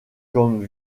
comme